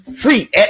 Free